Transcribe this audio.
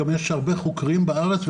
גם יש הרבה חוקרים בארץ,